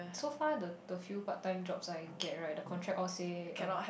so far the the few part time jobs I get right the contract all say um